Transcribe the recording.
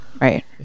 Right